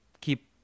keep